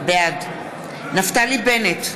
בעד נפתלי בנט,